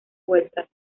vueltas